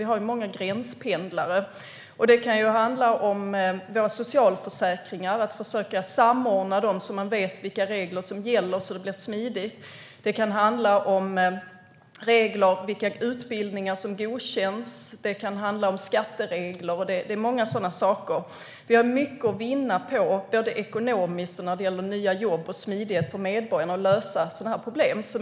Vi har många gränspendlare. Det kan handla om våra socialförsäkringar, om att försöka samordna dem så att man vet vilka regler som gäller och för att det ska bli smidigt. Det kan handla om regler för vilka utbildningar som ska vara godkända. Det kan handla om skatteregler och många sådana saker. Vi har mycket att vinna, såväl ekonomiskt som när det gäller nya jobb och smidighet för medborgarna i fråga om att lösa sådana problem.